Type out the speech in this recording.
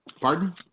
Pardon